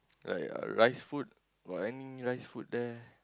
like rice food got any rice food there